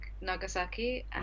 Nagasaki